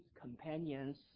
companions